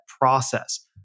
process